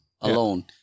alone